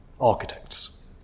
architects